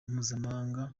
mpuzamahanga